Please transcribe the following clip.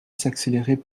s’accélérer